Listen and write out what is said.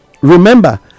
remember